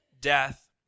death